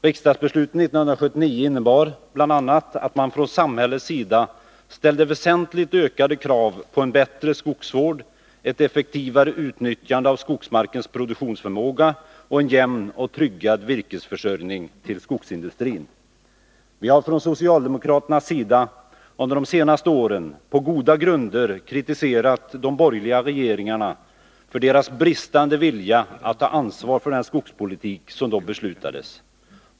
Riksdagsbeslutet 1979 innebar bl.a. att man från samhällets sida ställde väsentligt ökade krav på en bättre skogsvård, på ett effektivare utnyttjande av skogsmarkens produktionsförmåga samt på en jämn och tryggad virkesförsörjning för skogsindustrin. Vi har från socialdemokraternas sida under de senaste åren på goda grunder kritiserat de borgerliga regeringarna för deras bristande vilja att ta ansvar för den skogspolitik som då beslutades.